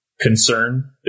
concern